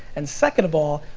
and second of all,